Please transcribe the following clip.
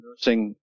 nursing